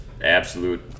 absolute